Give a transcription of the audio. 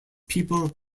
people